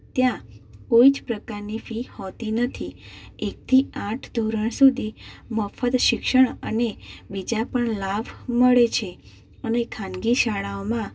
ત્યાં કોઈ જ પ્રકારની ફી હોતી નથી એકથી આઠ ધોરણ સુધી મફત શિક્ષણ અને બીજા પણ લાભ મળે છે અને ખાનગી શાળાઓમાં